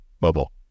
Mobile